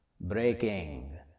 breaking